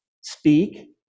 speak